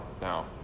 now